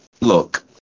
look